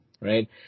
right